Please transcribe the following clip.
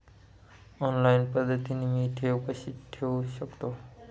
Online पद्धतीने मी ठेव कशी ठेवू शकतो?